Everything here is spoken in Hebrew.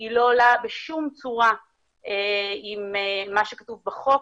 היא לא עולה בשום צורה עם מה שכתוב בחוק